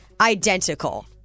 identical